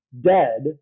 dead